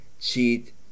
cheat